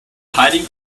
hiding